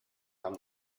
haben